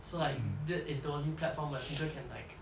so like that is the only platform where people can like